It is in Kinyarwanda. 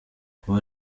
kuba